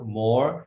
more